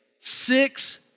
six